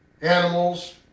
animals